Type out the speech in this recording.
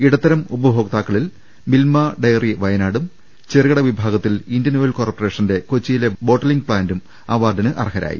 ഇടത്തരം ഉപഭോക്താക്കളിൽ മിൽമ ഡയറി വയനാടും ചെറുകിട വിഭാഗത്തിൽ ഇന്ത്യൻ ഓയിൽ കോർപ്പറേ ഷന്റെ കൊച്ചിയിലെ ബോട്ട്ലിംഗ് പ്ലാന്റും അവാർഡിന് അർഹ രായി